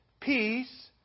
peace